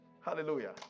Hallelujah